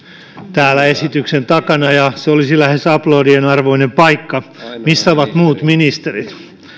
täällä esityksen takana ja se olisi lähes aplodien arvoinen paikka missä ovat muut ministerit